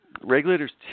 regulators